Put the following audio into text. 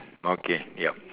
okay yup